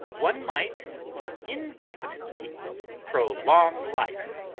one might indefinitely prolong life.